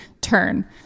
turn